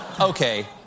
Okay